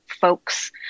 folks